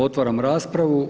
Otvaram raspravu.